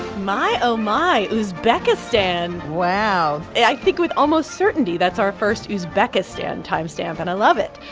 my, oh, my uzbekistan wow i think with almost certainty that's our first uzbekistan timestamp, and i love it.